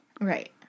right